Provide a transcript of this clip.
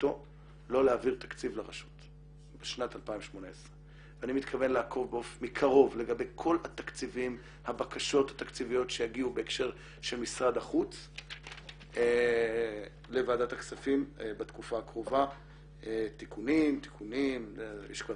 בהתעקשותו לא להעביר תקציב לרשות בשנת 2018. אני מתכוון לעקוב מקרוב לגבי כל התקציבים,